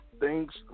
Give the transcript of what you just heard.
thanks